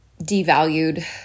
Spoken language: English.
devalued